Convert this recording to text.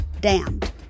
damned